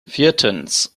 viertens